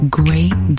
great